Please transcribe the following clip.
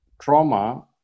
trauma